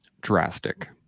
drastic